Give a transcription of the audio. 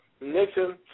Nixon